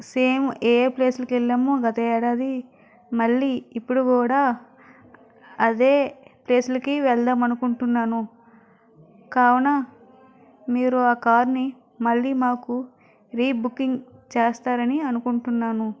same ఏ place లకి వెళ్ళామో గతేడాది మళ్ళీ ఇప్పుడు కూడా అదే ప్లేస్ లకి వెళ్దాం అనుకుంటున్నాను కావున మీరు ఆ కార్ ని మళ్ళీ మాకు రీబుకింగ్ చేస్తారని అనుకుంటున్నాను